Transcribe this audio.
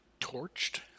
Torched